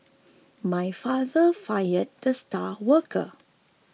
my father fired the star worker